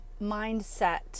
mindset